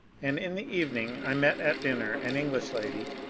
and in the evening i met at dinner an english lady,